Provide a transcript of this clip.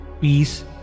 peace